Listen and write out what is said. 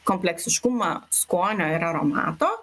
kompleksiškumą skonio ir aromato